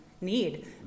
need